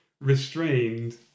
restrained